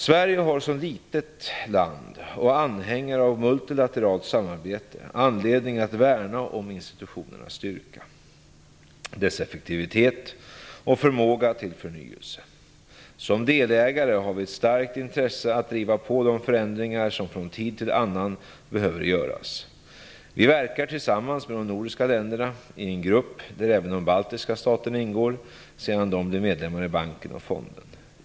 Sverige har som litet land och anhängare av multilateralt samarbete anledning att värna om institutionernas styrka, effektivitet och förmåga till förnyelse. Som delägare har vi ett starkt intresse att driva på de förändringar som från tid till annan behöver göras. Vi verkar tillsammans med de nordiska länderna i en grupp där även de baltiska staterna ingår sedan de blev medlemmar i banken och fonden.